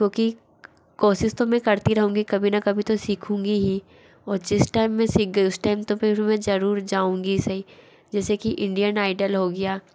क्योंकि कोशिश तो मैं करती रहूँगी कभी न कभी तो सीखूँगी ही और वह जिस टाइम मैं सीख गई उस टाइम तो फिर मैं जरूर जाऊँगी सही जैसेकि इंडियन आइडल हो गया